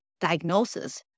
diagnosis